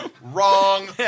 wrong